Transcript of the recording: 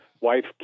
wife